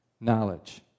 knowledge